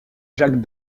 jacques